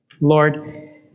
lord